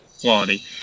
quality